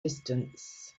distance